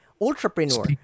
entrepreneur